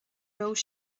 raibh